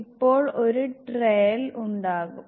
ഇപ്പോൾ ഒരു ട്രയൽ ഉണ്ടാകും